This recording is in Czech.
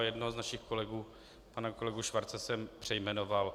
Jednoho z našich kolegů, pana kolegu Schwarze, jsem přejmenoval.